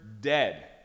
dead